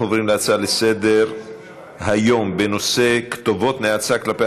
אנחנו עוברים להצעה לסדר-היום בנושא: כתובות הנאצה כלפי